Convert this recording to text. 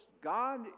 God